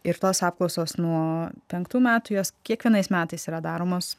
ir tos apklausos nuo penktų metų jos kiekvienais metais yra daromos